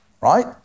right